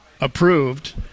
approved